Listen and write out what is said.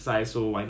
then is like